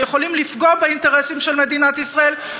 שיכולות לפגוע באינטרסים של מדינת ישראל,